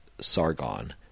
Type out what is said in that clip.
Sargon